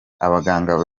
abaganga